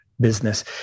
business